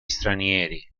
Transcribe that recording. stranieri